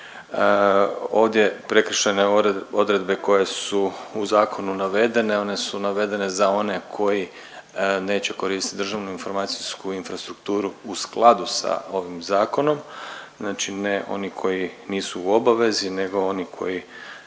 Ovdje prekršajne odredbe koje su u zakonu navedene, one su navedene za one koji neće koristit državnu informacijsku infrastrukturu u skladu sa ovim zakonom, znači ne oni koji nisu u obavezi nego oni koji